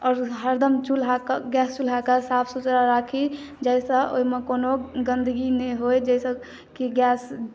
आओर हरदम चूल्हा के गैस चूल्हा के साफ़ सुथरा राखी जाहिसँ ओहिमे कोनो गन्दगी नहि होइ जाहिसँ की गैस